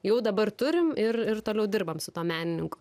jau dabar turim ir ir toliau dirbam su tuo menininku